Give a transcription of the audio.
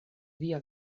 via